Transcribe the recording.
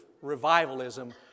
revivalism